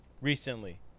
recently